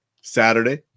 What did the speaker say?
Saturday